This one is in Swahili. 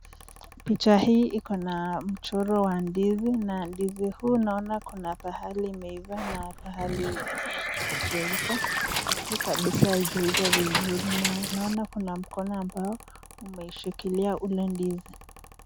Picha hii iko na mchoro wa ndizi na ndizi huu naona kuna pahali imeiva na pahali nyingine haijaiva na juu kabisa haijaiva vizuri. Na naona kuna mkono ambao umeshikilia ule ndizi.